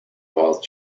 both